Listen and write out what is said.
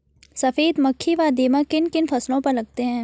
सफेद मक्खी व दीमक किन किन फसलों पर लगते हैं?